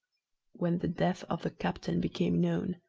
when the death of the captain became known,